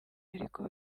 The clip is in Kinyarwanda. ariko